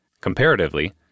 Comparatively